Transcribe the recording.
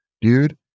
dude